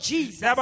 Jesus